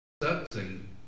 Accepting